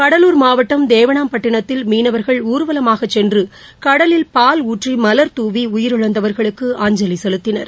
கடலூர் மாவட்டம் தேவனாம்பட்டினத்தில் மீனவர்கள் ஊர்வலமாகச் சென்றுகடலில் பால் ஊற்றி மலர்தூவிஉயிரிழந்தவர்களுக்கு அஞ்சலிசெலுத்தினர்